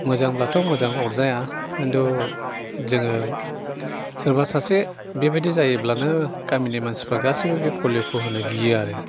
मोजांब्लाथ' मोजां अरजाया खिन्थु जोङो सोरबा सासे बेबादि जायोब्लानो गामिनि मानसिफ्रा गासिबो बे पलिय'खौ होनो गियो आरो